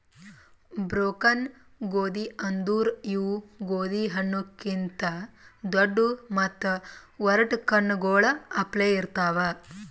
broken ಗೋದಿ ಅಂದುರ್ ಇವು ಗೋದಿ ಹಣ್ಣು ಕಿಂತ್ ದೊಡ್ಡು ಮತ್ತ ಒರಟ್ ಕಣ್ಣಗೊಳ್ ಅಪ್ಲೆ ಇರ್ತಾವ್